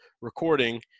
recording